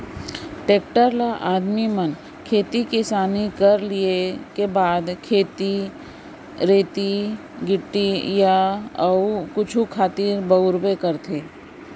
tractor ल आदमी मन खेती किसानी कर लिये के बाद रेती गिट्टी या अउ कुछु खातिर बउरबे करथे